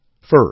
First